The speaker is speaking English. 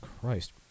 Christ